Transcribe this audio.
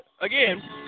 again